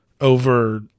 over